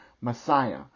Messiah